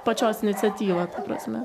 pačios iniciatyva ta prasme